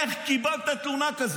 איך קיבלת תלונה כזאת,